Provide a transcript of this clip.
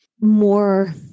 more